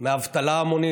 מהאבטלה ההמונית.